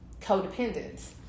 codependence